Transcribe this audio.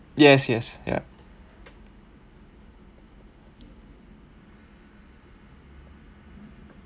yes yes ya